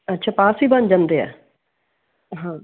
ਅੱਛਾ ਪਾਸ ਵੀ ਬਣ ਜਾਂਦੇ ਹੈ ਹਾਂ